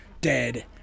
dead